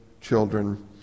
children